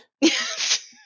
Yes